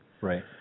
Right